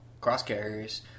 cross-carriers